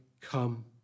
come